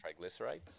Triglycerides